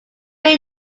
made